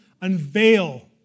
unveil